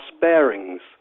bearings